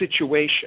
situation